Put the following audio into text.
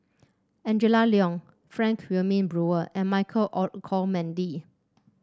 Angela Liong Frank Wilmin Brewer and Michael Olcomendy